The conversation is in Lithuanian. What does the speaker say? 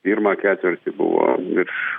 pirmą ketvirtį buvo virš